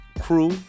crew